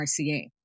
RCA